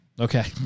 Okay